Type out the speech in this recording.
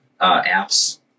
apps